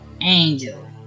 Angel